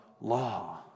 law